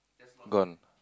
gone